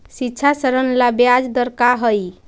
शिक्षा ऋण ला ब्याज दर का हई?